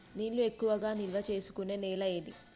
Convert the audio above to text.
నీళ్లు ఎక్కువగా నిల్వ చేసుకునే నేల ఏది?